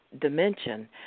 dimension